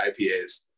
ipas